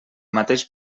mateix